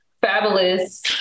Fabulous